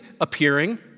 appearing